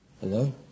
Hello